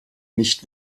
nicht